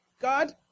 God